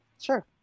sure